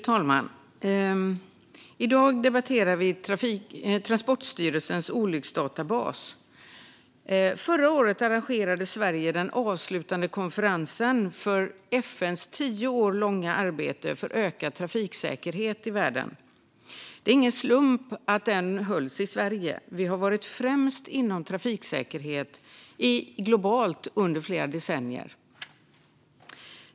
Fru talman! I dag debatterar vi Transportstyrelsens olycksdatabas. Förra året arrangerade Sverige den avslutande konferensen för FN:s tio år långa arbete för ökad trafiksäkerhet i världen. Det var ingen slump att den hölls i Sverige. Vi har varit främst inom trafiksäkerhet globalt under flera decennier.